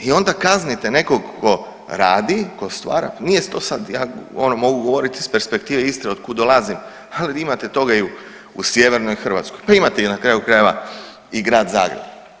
I onda kaznite nekog ko radi ko stvara, nije to sad, ja ono mogu govoriti iz perspektive Istre od kud dolazim, ali vi imate toga i u Sjevernoj Hrvatskoj, pa imate i na kraju krajeva i grad Zagreb.